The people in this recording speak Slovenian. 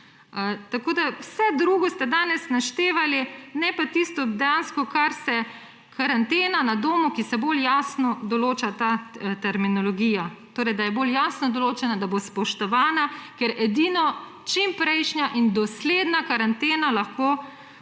sekretar. Vse drugo ste danes naštevali, ne pa tistega dejansko, karantena na domu, ki se bolj jasno določa ta terminologija; torej, da je bolj jasno določena, da bo spoštovana. Ker edino čimprejšnja in dosledna karantena lahko